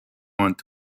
ant